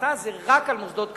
ההפחתה היא רק על מוסדות כספיים,